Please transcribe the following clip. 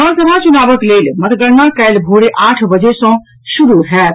विधानसभा चुनावक लेल मतगणना काल्हि भोरे आठ बजे सँ शुरू होयत